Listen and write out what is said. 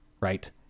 right